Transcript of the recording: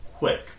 Quick